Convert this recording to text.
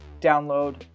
download